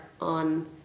on